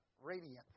radiant